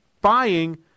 buying